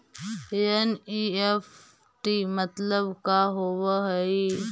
NEFT मतलब का होब हई?